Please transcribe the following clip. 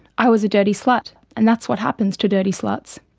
i was a dirty slut and that's what happens to dirty sluts.